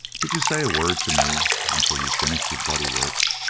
did you say a word to me until you finished your bloody work?